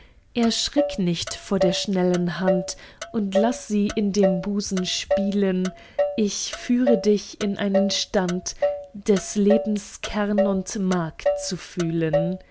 erschrick nicht vor der schnellen hand und laß sie in dem busen spielen ich führe dich in einen stand des lebens kern und mark zu fühlen